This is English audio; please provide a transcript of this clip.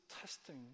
testing